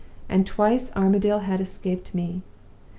and twice armadale had escaped me!